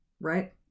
right